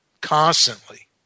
constantly